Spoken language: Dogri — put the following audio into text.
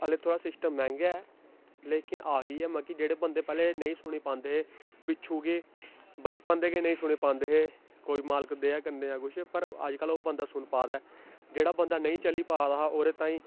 हल्लें थोह्ड़ा सिस्टम मैंह्गा ऐ लेकिन आ गेई ऐ मतलब कि जेह्ड़े बंदे पैह्लें नेईं सुनी पांदे हे पिच्छूं गै बचपन दे गै नेईं सुनी पांदे हे कोई मालक दी दया कन्नै कुछ पर अजकल्ल ओह् बंदा सुनी पा दा ऐ जेह्ड़ा बंदा नेईं चली पा दा हा ओह्दे ताईं